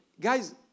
guys